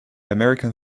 american